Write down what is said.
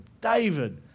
David